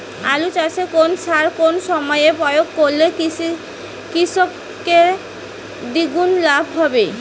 আলু চাষে কোন সার কোন সময়ে প্রয়োগ করলে কৃষকের দ্বিগুণ লাভ হবে?